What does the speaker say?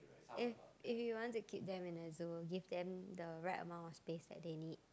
if if you want to keep them in the zoo give them the right amount of space that they need